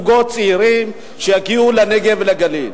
הצעת החוק הזאת מבקשת מהממשלה לסייע לפיתוח הנגב והגליל.